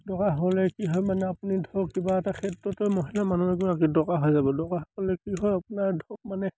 দৰকাৰ হ'লে কি হয় মানে আপুনি ধৰক কিবা এটা ক্ষেত্ৰতে মহিলা মানুহে গৰাকী দৰকাৰ হৈ যাব দৰকাৰ হ'লে কি হয় আপোনাৰ ধৰক মানে